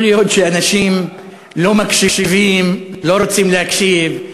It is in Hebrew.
יכול להיות שאנשים לא מקשיבים, לא רוצים להקשיב,